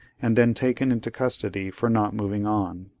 and then taken into custody for not moving on.